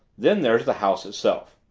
then there's the house itself.